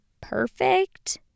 perfect